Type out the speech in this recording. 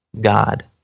God